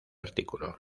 artículo